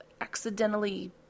accidentally